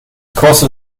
kostet